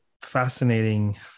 fascinating